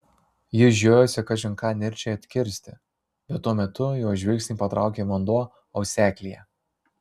jis žiojosi kažin ką nirčiai atkirsti bet tuo metu jo žvilgsnį patraukė vanduo auseklyje